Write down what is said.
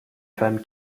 femme